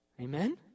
Amen